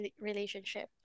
relationship